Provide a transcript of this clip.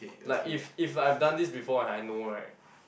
like if if like I've done this before and I know right